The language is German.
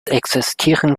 existieren